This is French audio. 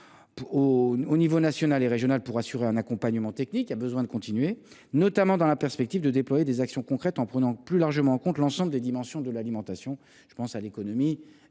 aux niveaux national et régional pour assurer un accompagnement technique des projets, notamment dans la perspective de déployer des actions concrètes en prenant plus largement en compte l’ensemble des dimensions de l’alimentation, qu’il s’agisse de l’économie,